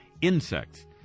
insects